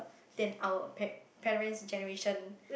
than our pa~ parents generation